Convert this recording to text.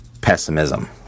pessimism